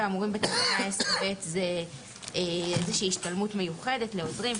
התנאים האמורים בתקנה 10(ב) הם איזו שהיא השתלמות מיוחדת לעוזרים,